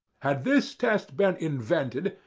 had this test been invented,